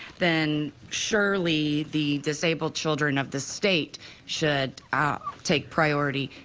then surely the disabled children of this state should ah take priority.